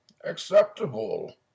acceptable